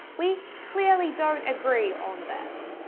we clearly don't agree on this.